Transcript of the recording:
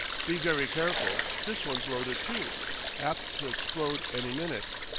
be very careful this one's loaded, too apt to explode any minute.